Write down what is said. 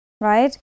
right